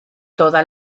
toda